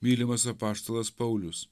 mylimas apaštalas paulius